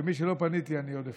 למי שלא פניתי אני עוד אפנה,